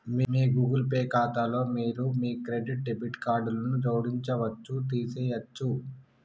మీ Google Pay ఖాతాలో మీరు మీ క్రెడిట్, డెబిట్ కార్డులను జోడించవచ్చు, తీసివేయచ్చు